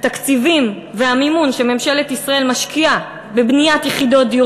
התקציבים והמימון שממשלת ישראל משקיעה בבניית יחידות דיור